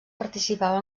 participava